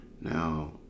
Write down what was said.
Now